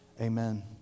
amen